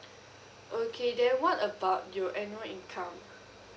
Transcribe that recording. okay then what about your annual income